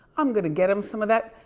i'm gonna get em some of that.